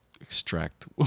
extract